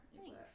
Thanks